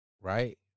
right